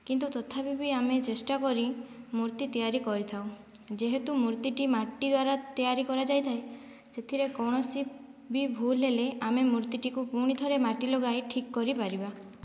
କିନ୍ତୁ ତଥାପି ବି ଆମେ ଚେଷ୍ଟା କରି ମୂର୍ତ୍ତି ତିଆରି କରିଥାଉ ଯେହେତୁ ମୂର୍ତ୍ତିଟି ମାଟି ଦ୍ୱାରା ତିଆରି କରାଯାଇଥାଏ ସେଥିରେ କୌଣସି ବି ଭୁଲ ହେଲେ ଆମେ ମୂର୍ତ୍ତିଟିକୁ ପୁଣି ଥରେ ମାଟି ଲଗାଇ ଠିକ କରି ପାରିବା